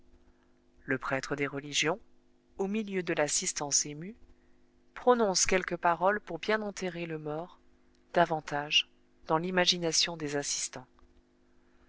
le prêtre des religions au milieu de l'assistance émue prononce quelques paroles pour bien enterrer le mort davantage dans l'imagination des assistants